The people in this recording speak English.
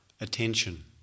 attention